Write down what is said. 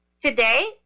Today